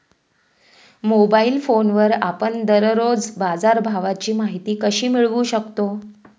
Mobile फोनवर आपण दररोज बाजारभावाची माहिती कशी मिळवू शकतो?